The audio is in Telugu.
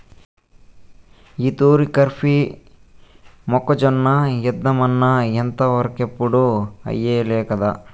ఈ తూరి కరీఫ్లో మొక్కజొన్న ఏద్దామన్నా ఇంతవరకెప్పుడూ ఎయ్యలేకదా